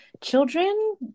children